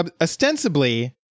Ostensibly